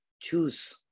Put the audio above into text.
choose